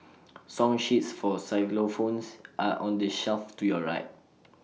song sheets for xylophones are on the shelf to your right